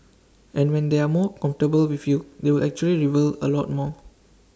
and when they are more comfortable with you they will actually reveal A lot more